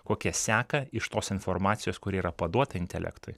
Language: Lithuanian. kokią seką iš tos informacijos kuri yra paduota intelektui